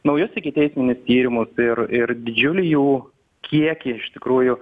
naujus ikiteisminius tyrimus ir ir didžiulį jų kiekį iš tikrųjų